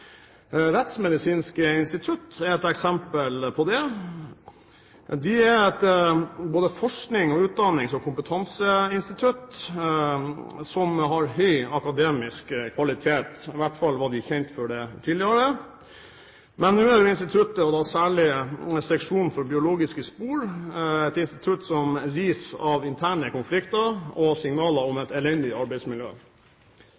institutt er et eksempel på det. De er et både forsknings-, utdannings- og kompetanseinstitutt som har høy akademisk kvalitet, i hvert fall var de kjent for det tidligere. Men nå er jo instituttet og da særlig Seksjon for biologiske spor et institutt som ris av interne konflikter, og det er signaler om